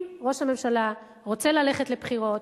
אם ראש הממשלה רוצה ללכת לבחירות,